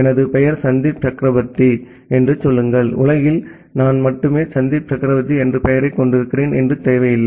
எனது பெயர் சந்தீப் சக்ரவர்த்தி என்று சொல்லுங்கள் உலகில் நான் மட்டுமே சந்தீப் சக்ரவர்த்தி என்ற பெயரைக் கொண்டிருக்கிறேன் என்று தேவையில்லை